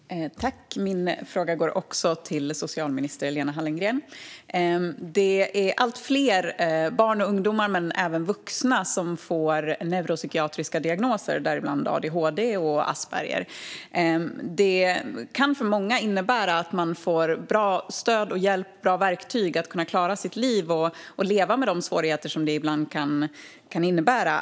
Herr talman! Också min fråga går till socialminister Lena Hallengren. Allt fler barn och ungdomar men även vuxna får neuropsykiatriska diagnoser, däribland adhd och asperger. En diagnos kan för många innebära att man får bra stöd och hjälp och bra verktyg för att klara av att leva sitt liv med de svårigheter som det ibland kan innebära.